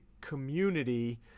community